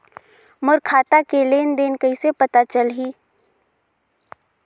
मोर खाता के लेन देन कइसे पता चलही?